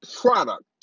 product